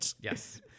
Yes